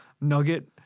nugget